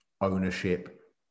ownership